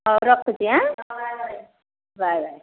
ହଉ ରଖୁଛି ଆଁ ବାଏ ବାଏ